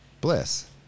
bliss